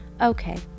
okay